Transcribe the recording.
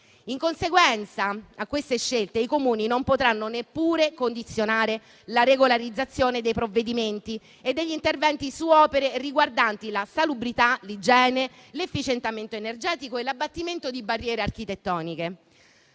In conseguenza di queste scelte i Comuni non potranno neppure condizionare la regolarizzazione dei provvedimenti e degli interventi su opere riguardanti la salubrità, l'igiene, l'efficientamento energetico e l'abbattimento di barriere architettoniche.